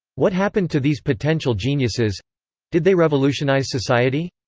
what happened to these potential geniuses did they revolutionize society.